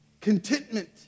Contentment